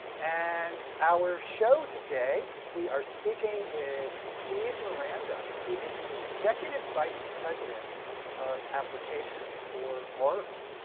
and our show today we are speaking with steve miranda, who is the executive vice president of applications for oracle.